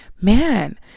man